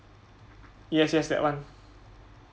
yes yes that one